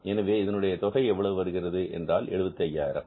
எனவே இதனுடைய தொகை எவ்வளவு வருகிறது என்றால் 75 ஆயிரம்